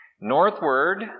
Northward